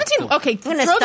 okay